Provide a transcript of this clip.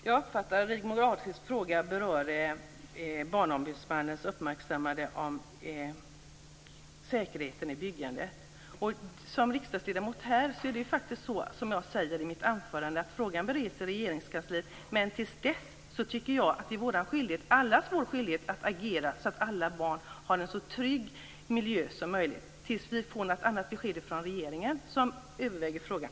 Herr talman! Jag uppfattade att Rigmor Ahlstedts fråga berörde Barnombudsmannens uppmärksammande av säkerheten i byggandet. Som jag sade i mitt anförande bereds frågan i Regeringskansliet. Men jag tycker att det är allas vår skyldighet att agera så att alla barn får en så trygg miljö som möjligt tills vi får något annat besked från regeringen, som överväger frågan.